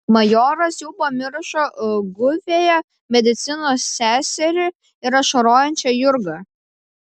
majoras jau pamiršo guviąją medicinos seserį ir ašarojančią jurgą